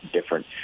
different